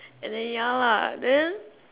and then ya lah then